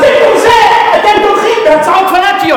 אז במקום זה אתם תומכים בהצעות פנאטיות